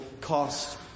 cost